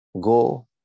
Go